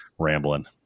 rambling